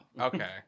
okay